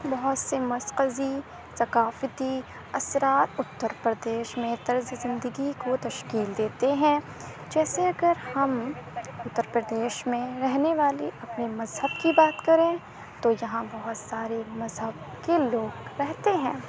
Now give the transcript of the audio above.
بہت سے مسقزی ثقافتی اثرات اتر پردیش میں طرز زندگی کو تشکیل دیتے ہیں جیسے اگر ہم اتر پردیش میں رہنے والے اپنے مذہب کی بات کریں تو جہاں بہت سارے مذہب کے لوگ رہتے ہیں